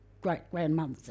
great-grandmother